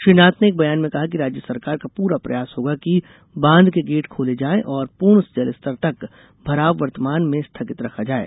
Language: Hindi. श्री नाथ ने एक बयान में कहा कि राज्य सरकार का पूरा प्रयास होगा कि बांध के गेट खोले जाये और पूर्ण जल स्तर तक भराव वर्तमान में स्थगित रखा जाये